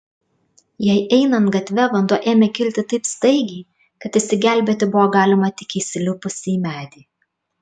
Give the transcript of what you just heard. jai einant gatve vanduo ėmė kilti taip staigiai kad išsigelbėti buvo galima tik įsilipus į medį